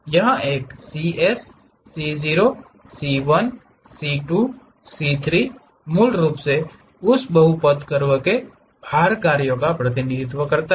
यहाँ यह प्रत्येक cs c0 c 1 c 2 c 3 मूल रूप से उस बहुपद कर्व के भार कार्यों का प्रतिनिधित्व करता है